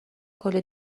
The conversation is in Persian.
کلی